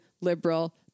liberal